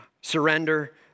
surrender